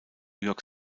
york